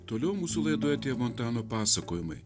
toliau mūsų laidoje tie montano pasakojimai